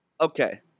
Okay